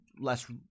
less